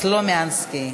סלומינסקי.